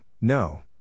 no